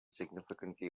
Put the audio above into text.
significantly